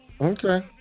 okay